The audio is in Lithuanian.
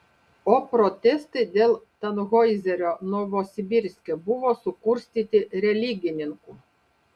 o protestai dėl tanhoizerio novosibirske buvo sukurstyti religininkų